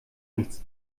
nichts